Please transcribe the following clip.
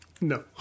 No